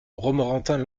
romorantin